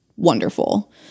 wonderful